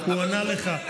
הוא ענה לך.